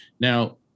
Now